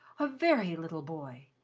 a very little boy.